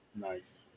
Nice